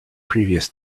previous